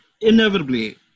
Inevitably